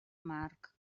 marc